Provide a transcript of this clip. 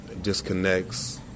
disconnects